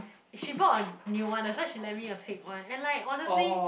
she bought a new one that's why she lend me a fake one and like honestly